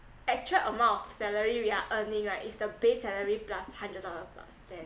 actual amount of salary we are earning right is the base salary plus hundred dollar plus ten